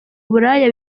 uburaya